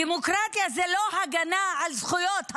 דמוקרטיה זו לא הגנה על זכויות הרוב.